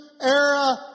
era